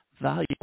valuable